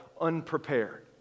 unprepared